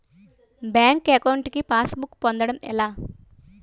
Bank account కి passbook పొందడం ఎలా?